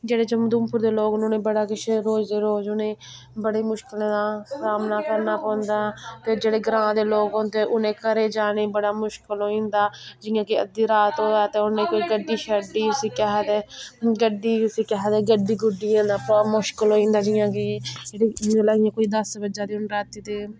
जेह्ड़े जम्मू ते उधमपुर दे लोग न उ'नेंगी बड़ा किश रोज़ रोज़ उ'नेंगी बड़े मुश्कलें दा सामना करना पौंदा ते जेह्ड़े ग्रांऽ दे लोक होंदे उ'नेंगी घरै जाने गी बड़ा मुश्कल होई जंदा जियां के अद्धी रात होऐ ते उ'नेंगी कोई गड्डी शड्डी उसी केह् आखदे गड्डी उसी केह् आखदे गड्डी गुड्डी लब्भना मुश्कल होई जंदा जियां कि जियां इयां कोई दस बज्जै दे होन रातीं दे